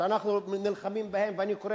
שאנחנו נלחמים בהם, ואני קורא